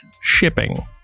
shipping